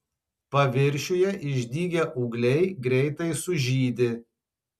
paviršiuje išdygę ūgliai greitai sužydi